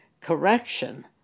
correction